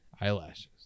eyelashes